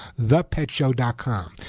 thepetshow.com